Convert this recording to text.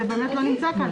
זה באמת לא נמצא כאן.